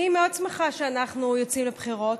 אני מאוד שמחה שאנחנו יוצאים לבחירות.